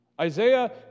Isaiah